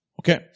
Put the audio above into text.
Okay